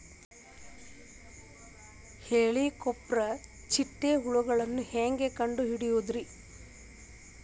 ಹೇಳಿಕೋವಪ್ರ ಚಿಟ್ಟೆ ಹುಳುಗಳನ್ನು ಹೆಂಗ್ ಕಂಡು ಹಿಡಿಯುದುರಿ?